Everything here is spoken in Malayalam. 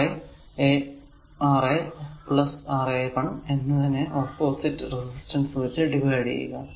r a a R a R a 1 എന്നതിനെ ഈ ഓപ്പോസിറ്റ് റെസിസ്റ്റൻസ് വച്ച് ഡിവൈഡ് ചെയ്യുക